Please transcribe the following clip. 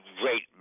great